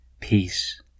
peace